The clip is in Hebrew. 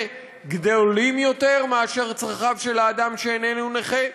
גדולים יותר מאשר צרכיו של האדם שאיננו נכה?